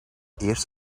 eerst